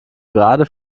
gerade